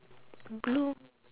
blue